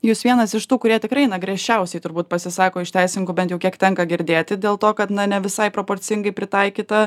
jūs vienas iš tų kurie tikrai na griežčiausiai turbūt pasisako iš teisinkų bent jau kiek tenka girdėti dėl to kad na ne visai proporcingai pritaikyta